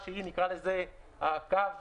של "לקוח